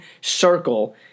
circle